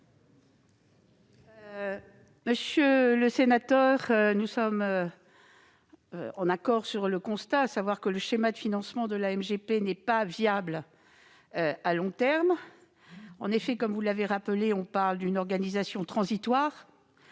Monsieur le sénateur, nous sommes d'accord sur le constat, à savoir que le schéma de financement de la MGP n'est pas viable à long terme. En effet, comme vous l'avez rappelé, l'organisation actuelle,